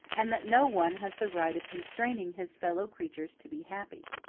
and that no one has the right of constraining his fellow-creatures to be happy.